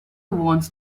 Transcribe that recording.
wants